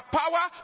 power